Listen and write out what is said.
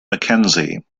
mackenzie